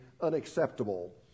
unacceptable